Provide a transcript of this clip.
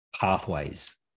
pathways